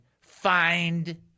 find